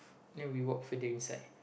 then we walk further inside